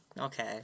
Okay